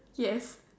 yes